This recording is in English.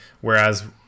whereas